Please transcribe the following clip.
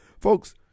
Folks